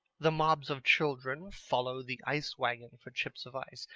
the mobs of children follow the ice-wagon for chips of ice.